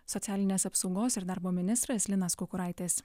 socialinės apsaugos ir darbo ministras linas kukuraitis